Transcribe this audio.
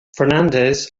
fernandez